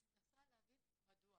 אני מנסה להבין מדוע